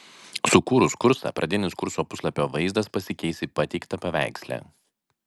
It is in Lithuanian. sukūrus kursą pradinis kurso puslapio vaizdas pasikeis į pateiktą paveiksle